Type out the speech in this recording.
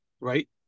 right